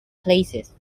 places